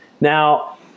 Now